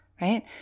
right